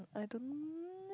I don't